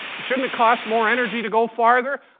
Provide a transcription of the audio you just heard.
shouldn't it cost more energy to go farther?